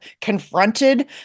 confronted